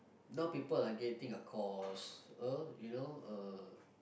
now people are getting a course oh you know uh